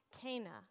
Cana